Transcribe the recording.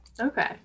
Okay